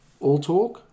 alltalk